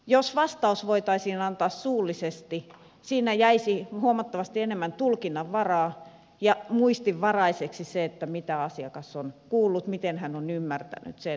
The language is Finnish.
jos vastaus voitaisiin antaa suullisesti siinä jäisi huomattavasti enemmän tulkinnanvaraa ja muistinvaraiseksi se mitä asiakas on kuullut ja miten hän on ymmärtänyt sen